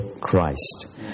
Christ